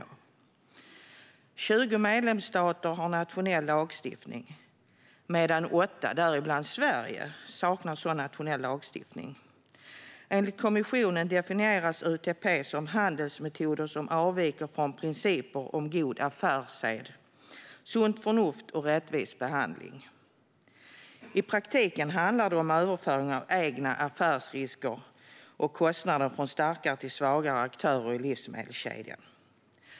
Det är 20 medlemsstater som har nationell lagstiftning medan 8, däribland Sverige, saknar sådan nationell lagstiftning. Enligt kommissionen definieras UTP som handelsmetoder som avviker från principer om god affärssed, sunt förnuft och rättvis behandling. I praktiken handlar det om överföring av egna affärsrisker och kostnader från starkare till svagare aktörer i livsmedelskedjan.